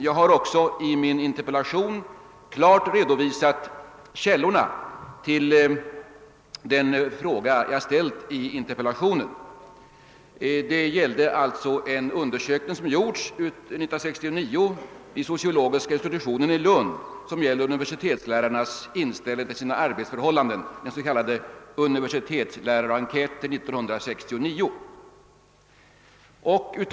Jag har också i interpellationen klart redovisat källorna till den fråga jag ställt. Det gäller en undersökning som gjordes år 1969 vid sociologiska institutionen i Lund och som gäller universitetslärarnas inställning till sina arbetsförhållanden — den s.k. universitetslärarenkäten 1969.